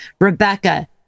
Rebecca